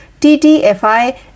TTFI